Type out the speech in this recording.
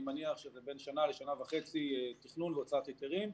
אני מניח שזה בין שנה לשנה וחצי לתכנון והוצאת היתרים.